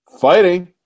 fighting